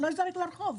אני לא אזרק לרחוב.